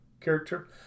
character